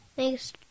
Thanks